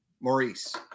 Maurice